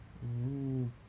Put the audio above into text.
mm